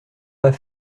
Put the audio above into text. pas